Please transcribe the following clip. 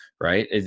Right